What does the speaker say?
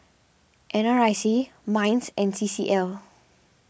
N R I C Minds and C C L